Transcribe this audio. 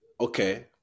Okay